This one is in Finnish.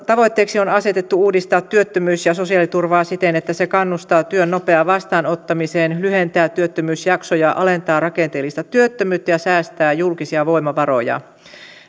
tavoitteeksi on asetettu uudistaa työttömyys ja sosiaaliturvaa siten että se kannustaa työn nopeaan vastaanottamiseen lyhentää työttömyysjaksoja alentaa rakenteellista työttömyyttä ja säästää julkisia voimavaroja